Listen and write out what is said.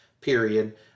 period